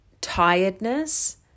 tiredness